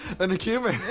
and the cumin!